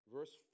Verse